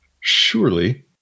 Surely